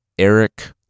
Eric